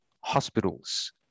hospitals